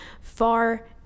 far